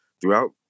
throughout